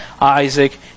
Isaac